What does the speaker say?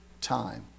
time